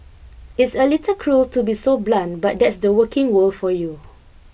it's a little cruel to be so blunt but that's the working world for you